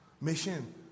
Mission